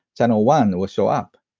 channel one will show up.